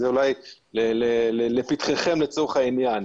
אולי זה לפתחכם לצורך העניין.